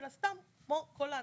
אלא סתם כמו כל האנשים,